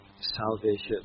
salvation